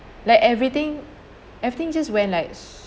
like everything everything just went like